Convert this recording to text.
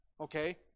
Okay